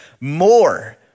more